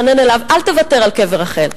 הסכמי אוסלו והתחנן אליו: אל תוותר על קבר רחל,